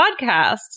podcasts